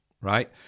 right